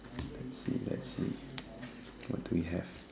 let's see let's see what do we have